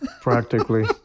Practically